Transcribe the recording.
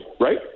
right